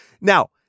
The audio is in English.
now